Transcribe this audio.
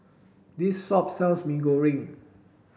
this shop sells Mee Goreng